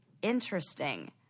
interesting